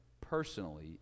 personally